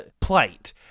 plight